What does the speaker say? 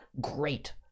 great